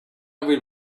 will